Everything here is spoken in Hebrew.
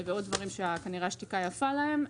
ועוד דברים שכנראה השתיקה יפה להם,